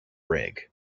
rig